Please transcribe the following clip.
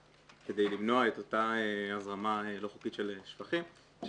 למנוע את אותה הזרמה לא חוקית של פסולת,